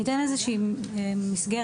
אני אתן איזשהי מסגרת,